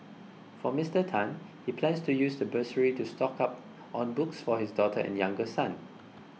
for Mister Tan he plans to use the bursary to stock up on books for his daughter and younger son